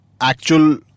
Actual